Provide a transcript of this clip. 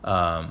um